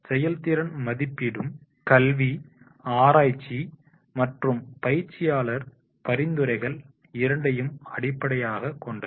செயல்திறன் மதிப்பீட்டு கல்வி ஆராய்ச்சி மற்றும் பயிற்சியாளர் பரிந்துரைகள் இரண்டையும் அடிப்படையாக கொண்டது